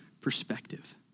perspective